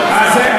יהודים.